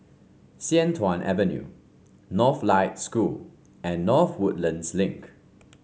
Sian Tuan Avenue Northlight School and North Woodlands Link